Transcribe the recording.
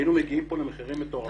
היינו מגיעים כאן למחירים מטורפים.